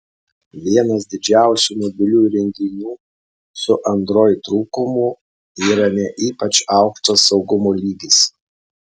vienas didžiausių mobilių įrenginių su android trūkumų yra ne ypač aukštas saugumo lygis